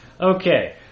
Okay